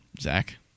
zach